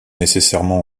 nécessairement